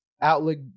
outlook